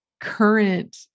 current